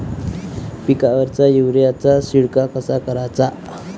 पिकावर युरीया चा शिडकाव कसा कराचा?